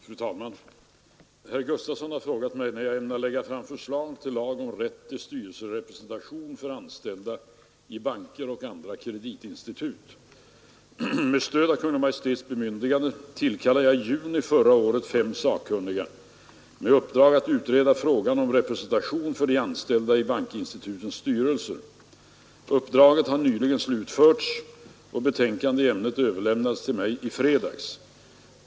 Fru talman! Herr Gustafson i Göteborg har frågat mig när jag ämnar lägga fram förslag till lag om rätt till styrelserepresentation för anställda i banker och andra kreditinstitut. Med stöd av Kungl. Maj:ts bemyndigande tillkallade jag i juni förra året fem sakkunniga med uppdrag att utreda frågan om representation för de anställda i bankinstitutens styrelser. Uppdraget har nyligen slutförts och betänkande i ämnet överlämnades till mig i fredags.